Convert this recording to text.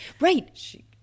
right